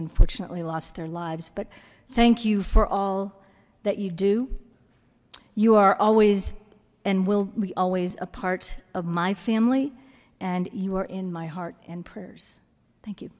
unfortunately lost their lives but thank you for all that you do you are always and will be always a part of my family and you are in my heart and prayers thank you